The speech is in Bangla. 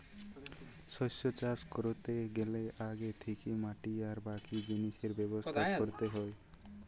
শস্য চাষ কোরতে গ্যালে আগে থিকে মাটি আর বাকি জিনিসের ব্যবস্থা কোরতে হয়